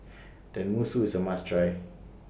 Tenmusu IS A must Try